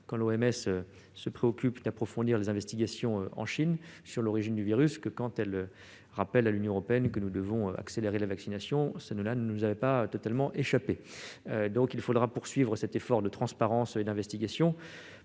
que l'OMS se préoccupe d'approfondir les investigations en Chine sur l'origine du virus plutôt qu'elle rappelle à l'Union européenne qu'elle doit accélérer sa campagne de vaccination, ce qui ne lui avait pas totalement échappé ... Il faudra donc poursuivre cet effort de transparence et d'investigation.